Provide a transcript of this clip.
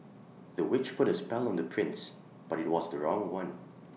the witch put A spell on the prince but IT was the wrong one